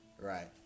Right